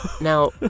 now